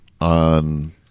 on